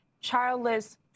childless